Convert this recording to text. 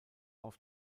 auf